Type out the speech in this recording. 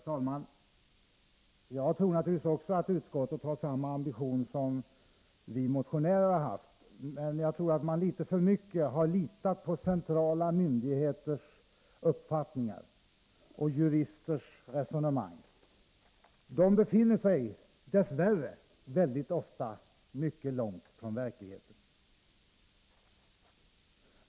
Herr talman! Jag tror naturligtvis också att utskottet har samma ambition som vi motionärer har haft, men jag tror att man litet för mycket har litat på centrala myndigheters uppfattningar och juristers resonemang. De befinner sig dess värre väldigt ofta mycket långt från verkligheten.